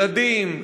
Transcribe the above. ילדים,